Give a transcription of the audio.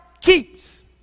keeps